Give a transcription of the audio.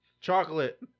Chocolate